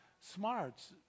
smarts